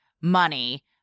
money